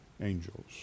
angels